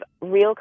real